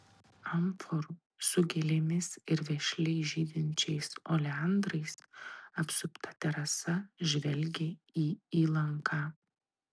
amforų su gėlėmis ir vešliai žydinčiais oleandrais apsupta terasa žvelgė į įlanką